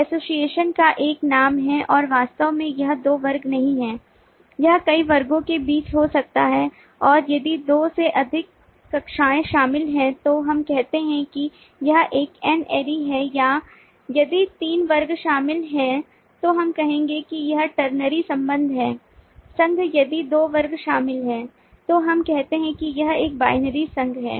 association का एक नाम है और वास्तव में यह दो वर्ग नहीं है यह कई वर्गों के बीच हो सकता है और यदि दो से अधिक कक्षाएं शामिल हैं तो हम कहते हैं कि यह एक n ary है या यदि तीन वर्ग शामिल हैं तो हम कहेंगे कि यह ternary संबंध है संघ यदि दो वर्ग शामिल हैं तो हम कहते हैं कि यह एक binary संघ है